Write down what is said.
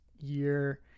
year